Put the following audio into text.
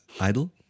idle